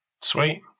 Sweet